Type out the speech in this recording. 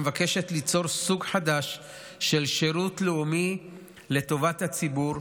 המבקשת ליצור סוג חדש של שירות לאומי לטובת הציבור,